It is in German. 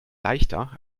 leichter